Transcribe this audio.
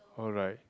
alright